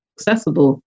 accessible